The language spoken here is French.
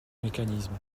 mécanisme